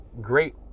great